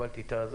לך,